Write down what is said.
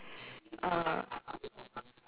uh